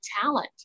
talent